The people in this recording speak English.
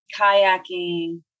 Kayaking